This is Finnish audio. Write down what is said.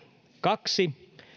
kaksi